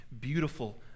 beautiful